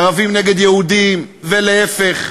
ערבים נגד יהודים, ולהפך,